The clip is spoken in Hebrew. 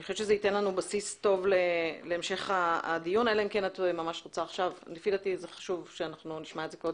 אני חושבת שהם ייתנו לנו בסיס טוב להמשך הדיון וחשוב שנשמע אותם קודם.